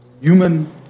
human